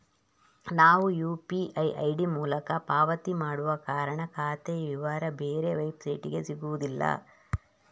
ನಾವು UPI ID ಮೂಲಕ ಪಾವತಿ ಮಾಡುವ ಕಾರಣ ಖಾತೆಯ ವಿವರ ಬೇರೆ ವೆಬ್ಸೈಟಿಗೆ ಸಿಗುದಿಲ್ಲ